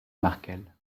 markel